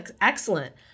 Excellent